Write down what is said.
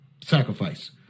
sacrifice